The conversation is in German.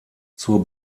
zur